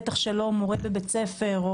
בטוח שלא מורה בבית ספר.